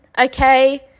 okay